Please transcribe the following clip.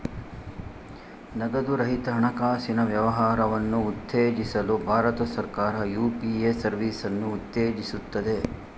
ನಗದು ರಹಿತ ಹಣಕಾಸಿನ ವ್ಯವಹಾರವನ್ನು ಉತ್ತೇಜಿಸಲು ಭಾರತ ಸರ್ಕಾರ ಯು.ಪಿ.ಎ ಸರ್ವಿಸನ್ನು ಉತ್ತೇಜಿಸುತ್ತದೆ